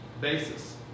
basis